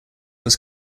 was